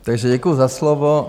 Takže děkuju za slovo.